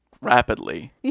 Rapidly